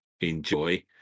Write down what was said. enjoy